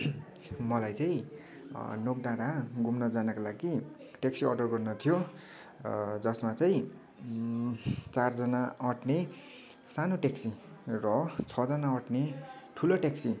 मलाई चाहिँ नोक डाँड़ा घुम्न जानको लागि ट्याक्सी अर्डर गर्नु थियो जसमा चाहिँ चारजना आँट्ने सानो ट्याक्सी र छजना आँट्ने ठुलो ट्याक्सी